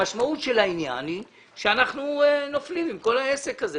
המשמעות של העניין היא שאנחנו נופלים עם כל העסק הזה.